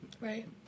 Right